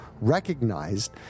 recognized